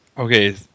Okay